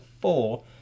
four